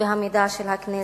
והמידע של הכנסת,